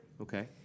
Okay